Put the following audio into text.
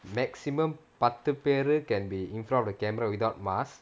maximum பத்து பேரு:pathu peru can be in front of the camera without mask